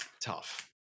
Tough